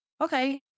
okay